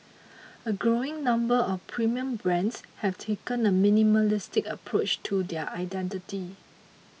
a growing number of premium brands have taken a minimalist approach to their identity